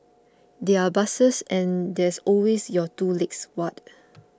there are buses and there's always your two legs what